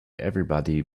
everybody